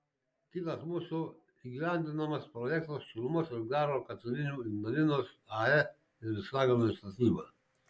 kitas mūsų įgyvendinamas projektas šilumos ir garo katilinių ignalinos ae ir visaginui statyba